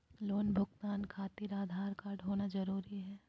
Loan भुगतान खातिर Aadhaar card होना जरूरी है?